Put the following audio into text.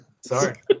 Sorry